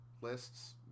lists